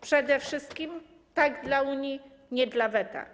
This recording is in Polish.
Przede wszystkim: tak dla Unii, nie dla weta.